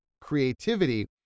creativity